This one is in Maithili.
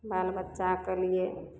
बाल बच्चाके लिए